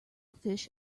fish